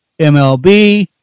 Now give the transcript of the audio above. MLB